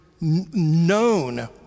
known